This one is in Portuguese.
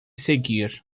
seguir